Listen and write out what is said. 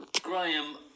Graham